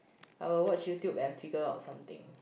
I will watch YouTube and figure out something